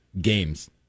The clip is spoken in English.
games